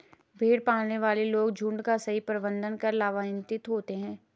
भेड़ पालने वाले लोग झुंड का सही प्रबंधन कर लाभान्वित होते हैं